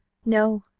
no,